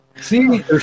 See